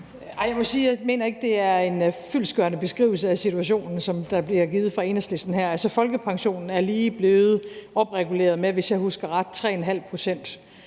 jeg ikke mener, det er en fyldestgørende beskrivelse af situationen, som der bliver givet fra Enhedslisten her. Altså, folkepensionen er lige blevet opreguleret med, hvis jeg husker ret, 3,5 pct.,